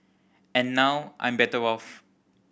and now I'm better off